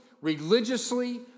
religiously